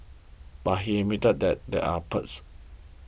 but he admitted that there are perks